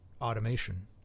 automation